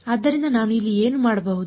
ಆದ್ದರಿಂದ ನಾನು ಇಲ್ಲಿ ಏನು ಮಾಡಬಹುದು